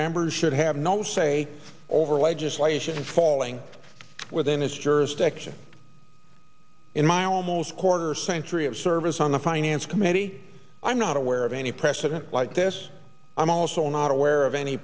members should have no say over legislation falling within its jurisdiction in my almost quarter century of service on the finance committee i'm not aware of any precedent like this i'm also not aware of any